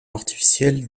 artificielle